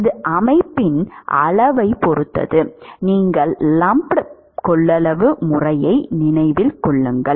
இது அமைப்பின் அளவைப் பொறுத்தது நீங்கள் லம்ப்ட் கொள்ளளவு முறையை நினைவில் கொள்ளுங்கள்